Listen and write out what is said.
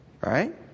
Right